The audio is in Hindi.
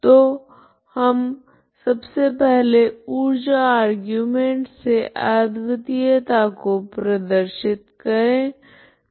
तो हम सब से पहले ऊर्जा आर्गुमेंट से अद्वितीयता को प्रदर्शित करूंगी